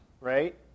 right